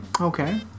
Okay